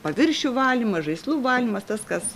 paviršių valymas žaislų valymas tas kas